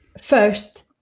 first